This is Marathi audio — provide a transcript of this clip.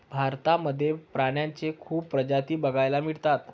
भारतामध्ये प्राण्यांच्या खूप प्रजाती बघायला मिळतात